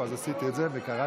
למה אני לא נואמת?